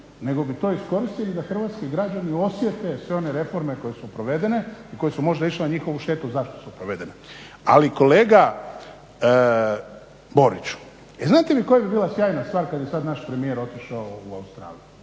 nego bi to iskoristili da hrvatski građani osjete sve one reforme koje su provedene i koje su možda išle na njihovu štetu, i zato su provedene. Ali kolega Boriću, jel znati koja bi bila sjajna stvar kada bi sad naš premijer otišao u Australiju,